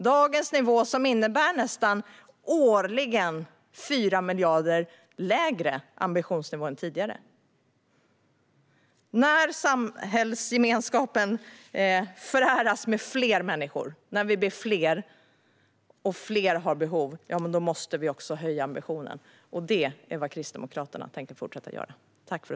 Dagens nivå innebär en nästan 4 miljarder årligen lägre ambitionsnivå än tidigare. När samhällsgemenskapen föräras med fler människor, när vi blir fler och fler som har behov, måste vi också höja ambitionen. Det är vad Kristdemokraterna tänker fortsätta att göra.